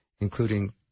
including